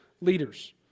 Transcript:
leaders